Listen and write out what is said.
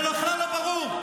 זה בכלל לא ברור.